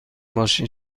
ماشین